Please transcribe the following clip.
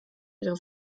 ihre